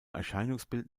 erscheinungsbild